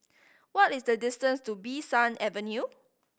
what is the distance to Bee San Avenue